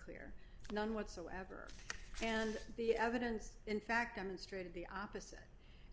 absolutely none whatsoever and the evidence in fact demonstrated the opposite